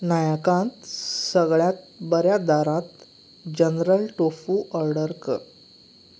नायाकांत सगळ्यांत बऱ्या दारांत जनरल टोफु ऑर्डर कर